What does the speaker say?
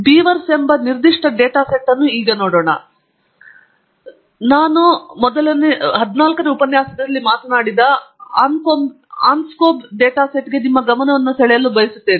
viewers ಎಂಬ ಈ ನಿರ್ದಿಷ್ಟ ಡೇಟಾ ಸೆಟ್ ಅನ್ನು ನೋಡೋಣ ಆದರೆ ನಾನು ಹಾಗೆ ಮಾಡುವ ಮೊದಲು ನಾವು ಉಪನ್ಯಾಸದಲ್ಲಿ ಮಾತನಾಡಿದ ಈ ಆನ್ಸ್ಕೋಬ್ ಡೇಟಾ ಸೆಟ್ಗೆ ನಿಮ್ಮ ಗಮನವನ್ನು ಸೆಳೆಯಲು ಬಯಸುತ್ತೇನೆ